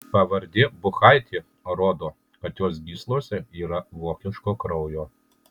pavardė buchaitė rodo kad jos gyslose yra vokiško kraujo